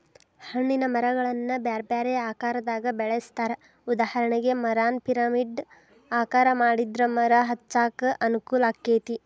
ಹಣ್ಣಿನ ಮರಗಳನ್ನ ಬ್ಯಾರ್ಬ್ಯಾರೇ ಆಕಾರದಾಗ ಬೆಳೆಸ್ತಾರ, ಉದಾಹರಣೆಗೆ, ಮರಾನ ಪಿರಮಿಡ್ ಆಕಾರ ಮಾಡಿದ್ರ ಮರ ಹಚ್ಚಾಕ ಅನುಕೂಲಾಕ್ಕೆತಿ